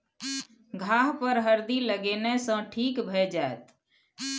घाह पर हरदि लगेने सँ ठीक भए जाइत